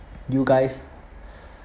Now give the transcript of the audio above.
you guys